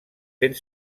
fent